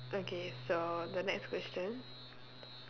okay so the next question